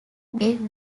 abbey